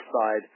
side